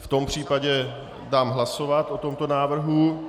V tom případě dám hlasovat o tomto návrhu.